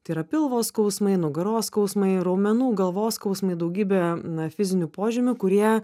tai yra pilvo skausmai nugaros skausmai raumenų galvos skausmai daugybė na fizinių požymių kurie